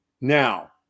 Now